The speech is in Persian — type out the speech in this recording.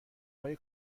های